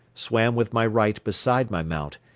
swam with my right beside my mount,